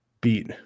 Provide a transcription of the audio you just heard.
beat